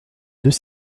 deux